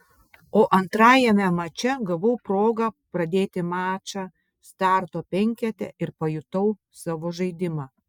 o antrajame mače gavau progą pradėti mačą starto penkete ir pajutau savo žaidimą